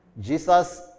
Jesus